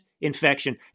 infection